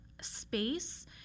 space